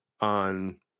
on